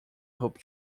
hoop